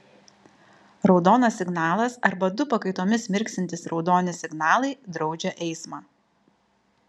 raudonas signalas arba du pakaitomis mirksintys raudoni signalai draudžia eismą